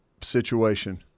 situation